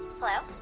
hello?